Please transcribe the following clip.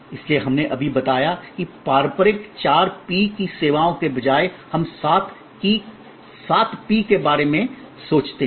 इसलिए हमने अभी बताया कि पारंपरिक चार P की सेवाओं के बजाय हम सात P के बारे में सोचते हैं